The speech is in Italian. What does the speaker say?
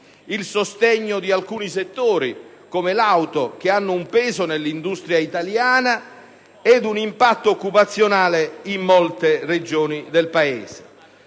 il sostegno di alcuni settori - come quello dell'auto - che hanno un peso nell'industria italiana ed un impatto occupazionale in molte Regioni del Paese.